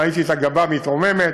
ראיתי את הגבה מתרוממת,